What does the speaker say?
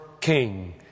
king